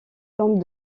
tombe